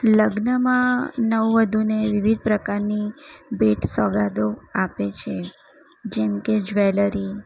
લગ્નમાં નવવધૂને વિવિધ પ્રકારની ભેટ સોગાદો આપે છે જેમકે જ્વેલરી